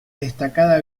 destacada